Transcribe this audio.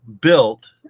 built